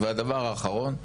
והדבר האחרון,